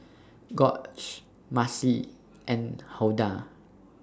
Gorge Marci and Hulda